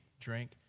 drink